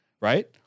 right